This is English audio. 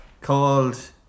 Called